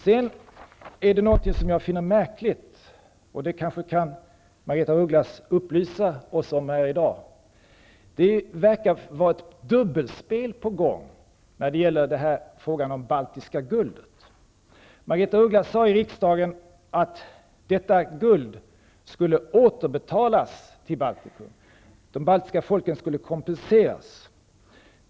Det är en sak som jag finner märklig, men som Margaretha af Ugglas kanske kan förklara för oss här i dag. Det förefaller att vara ett dubbelspel på gång när det gäller det baltiska guldet. Margaretha af sade i denna kammare att detta guld skulle återbetalas till Baltikum. De baltiska folken skulle kompenseras.